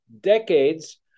decades